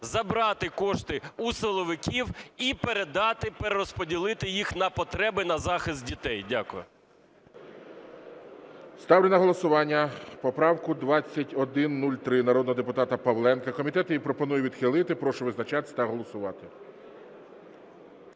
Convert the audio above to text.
забрати кошти у силовиків і передати, перерозподілити їх на потреби на захист дітей. Дякую. ГОЛОВУЮЧИЙ. Ставлю на голосування поправку 2103 народного депутата Павленка. Комітет її пропонує відхилити. Прошу визначатись та голосувати.